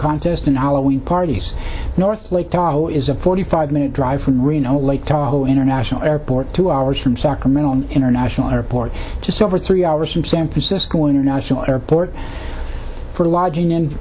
contest and allawi parties north lake tahoe is a forty five minute drive from reno lake tahoe international airport two hours from sacramento international airport just over three hours from san francisco international airport for lodging and